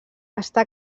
està